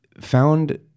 found